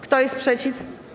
Kto jest przeciw?